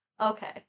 Okay